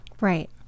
right